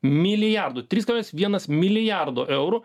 milijardų trys kablelis vienas milijardo eurų